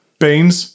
beans